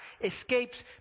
escapes